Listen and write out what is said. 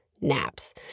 naps